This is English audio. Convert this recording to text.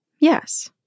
Yes